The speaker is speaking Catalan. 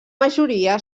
majoria